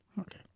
Okay